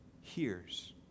hears